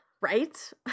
Right